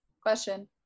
Question